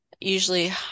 usually